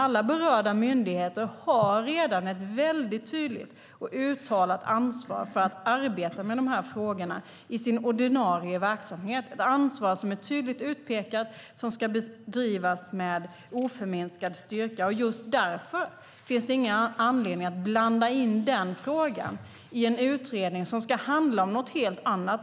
Alla berörda myndigheter har redan ett tydligt och uttalat ansvar för att arbeta med dessa frågor i sin ordinarie verksamhet. Det är ett ansvar som är tydligt utpekat och som ska bedrivas med oförminskad styrka. Just därför finns det ingen anledning att blanda in denna fråga i en utredning som ska handla om något helt annat.